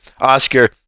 Oscar